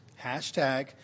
Hashtag